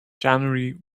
january